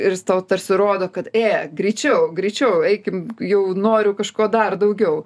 ir jis tau tarsi rodo kad ė greičiau greičiau eikim jau noriu kažko dar daugiau